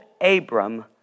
Abram